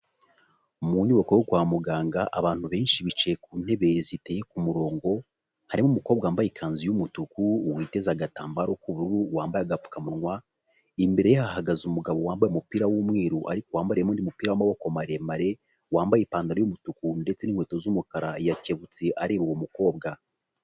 Mu nyubako yo kwa muganga, abantu benshi bicaye ku ntebe ziteye ku murongo, harimo umukobwa wambaye ikanzu y'umutuku, witeze agatambaro k'ubururu, wambaye agapfukamunwa. Imbere yabo hahagaze umugabo wambaye umupira w'umweru ariko wambariyemo undi mupira w'amaboko maremare, wambaye ipantaro y'umutuku ndetse n'inkweto z'umukara, yakebutse areba uwo mukobwa.